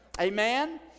Amen